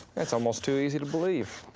that's almost too easy to believe.